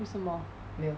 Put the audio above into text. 为什么